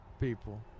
people